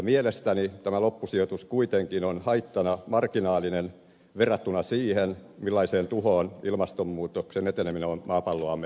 mielestäni tämä loppusijoitus kuitenkin on haittana marginaalinen verrattuna siihen millaiseen tuhoon ilmastonmuutoksen eteneminen on maapalloamme viemässä